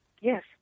Yes